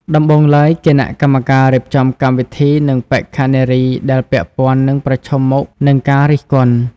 ដំបូងឡើយ គណៈកម្មការរៀបចំកម្មវិធីនិងបេក្ខនារីដែលពាក់ព័ន្ធនឹងប្រឈមមុខនឹងការរិះគន់។